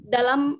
dalam